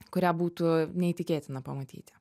kurią būtų neįtikėtina pamatyti